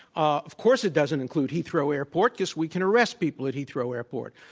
ah of course, it doesn't include heathrow airport because we can arrest people at heathrow airport.